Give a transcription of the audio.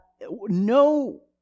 no